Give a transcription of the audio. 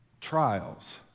trials